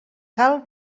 cal